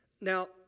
Now